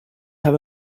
have